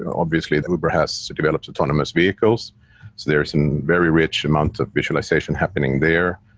obviously uber has developed autonomous vehicles, so there's some very rich amount of visualization happening there.